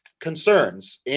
concerns